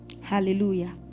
Hallelujah